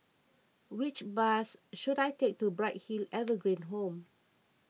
which bus should I take to Bright Hill Evergreen Home